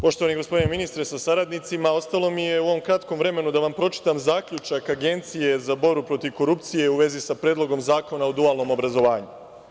Poštovani gospodine ministre sa saradnicima, ostalo mi je u ovom kratkom vremenu da vam pročitam zaključak Agencije za borbu protiv korupcije u vezi sa Predlogom zakona o dualnom obrazovanju.